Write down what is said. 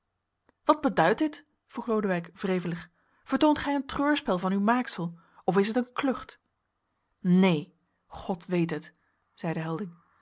wat beduidt dit vroeg lodewijk wrevelig vertoont gij een treurspel van uw maaksel of is het een klucht neen god weet het zeide helding